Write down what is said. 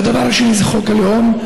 הדבר השני זה חוק הלאום,